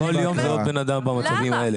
למה?